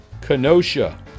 Kenosha